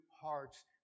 hearts